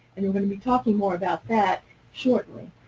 and we're going to be talking more about that shortly.